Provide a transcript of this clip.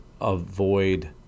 avoid